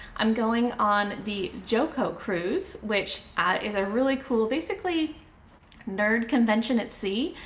i'm going on the joco cruise, which is a really cool basically nerd convention at sea.